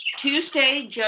Tuesday